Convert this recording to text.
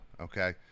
Okay